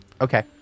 okay